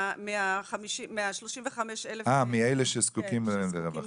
מ-35,000 שזקוקים לסיוע.